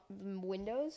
windows